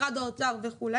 משרד האוצר וכו',